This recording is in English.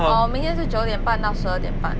orh 明天是九点半到十二点半